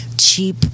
cheap